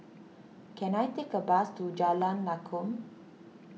can I take a bus to Jalan Lakum